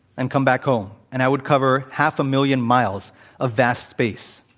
and come back home, and i would cover half a million miles of vast space.